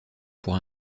pour